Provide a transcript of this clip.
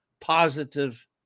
positive